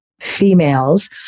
Females